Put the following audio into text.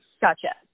Gotcha